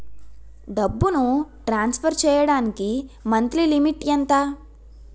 డబ్బును ట్రాన్సఫర్ చేయడానికి monthly limit ఎంత?